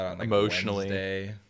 emotionally